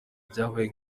byabaye